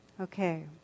Okay